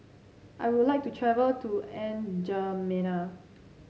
I would like to travel to N Djamena